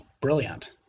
brilliant